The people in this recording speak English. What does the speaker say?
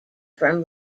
from